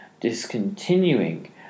discontinuing